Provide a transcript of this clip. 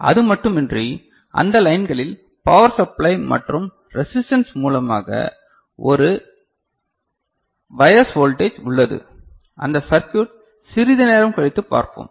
அது மட்டுமின்றி இந்த லைன்களில் பவர் சப்ளை மற்றும் ரெசிஸ்டன்ஸ் மூலமாக ஒரு பையஸ் வோல்டேஜ் உள்ளது அந்த சர்க்யுட் சிறிது நேரம் கழித்து பார்ப்போம்